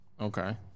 Okay